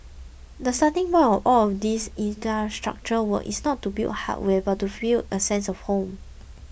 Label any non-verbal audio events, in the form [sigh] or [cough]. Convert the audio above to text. the starting [unintelligible] all these infrastructure work is not to build hardware but to feel a sense of home